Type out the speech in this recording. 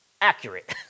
accurate